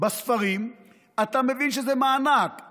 בספרים אתה מבין שזה מענק,